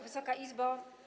Wysoka Izbo!